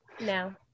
No